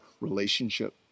relationship